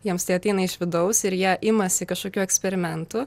jiems tai ateina iš vidaus ir jie imasi kažkokių eksperimentų